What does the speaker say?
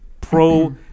pro